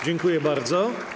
Dziękuję bardzo.